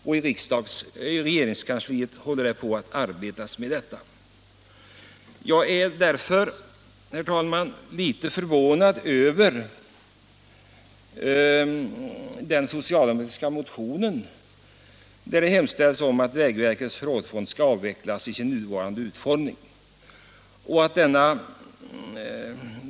Man arbetar också i regeringskansliet med detta. Jag är därför, herr talman, litet förvånad över den socialdemokratiska motionen, i vilken man hemställt att vägverkets förrådsfond i sin nuvarande utformning skall avvecklas.